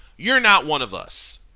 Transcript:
you're not one of us.